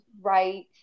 right